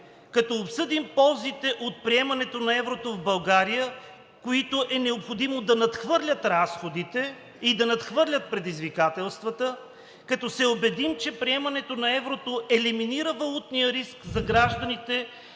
като обсъдим ползите от приемането на еврото в България, които е необходимо да надхвърлят разходите и да надхвърлят предизвикателствата, като се убедим, че приемането на еврото елиминира валутния риск за гражданите,